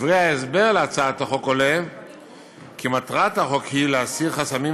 מדברי ההסבר להצעת החוק עולה כי מטרת החוק היא להסיר חסמים